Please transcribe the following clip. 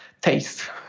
taste